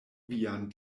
vian